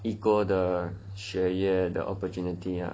equal 的学业的 opportunity ah